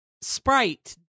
sprite